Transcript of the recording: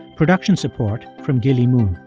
production support from gilly moon.